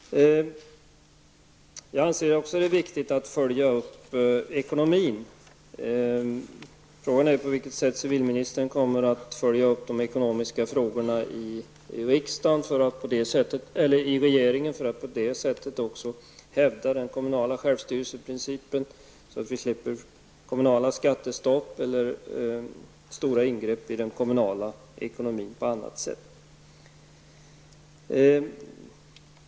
Jag anser det också vara viktigt att följa upp ekonomin. Frågan är på vilket sätt civilministern kommer att följa upp de ekonomiska frågorna i regeringen för att på det sättet också hävda den kommunala självstyrelseprincipen. Det gäller att slippa kommunala skattestop eller stora ingrepp i den kommunala ekonomin på annat sätt.